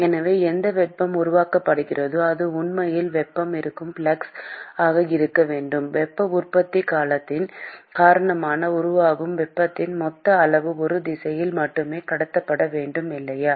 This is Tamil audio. எனவே எந்த வெப்பம் உருவாக்கப்படுகிறதோ அது உண்மையில் வெப்பம் இருக்கும் ஃப்ளக்ஸ் ஆக இருக்க வேண்டும் வெப்ப உற்பத்தி காலத்தின் காரணமாக உருவாகும் வெப்பத்தின் மொத்த அளவு ஒரு திசையில் மட்டுமே கடத்தப்பட வேண்டும் இல்லையா